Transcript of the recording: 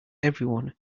everyone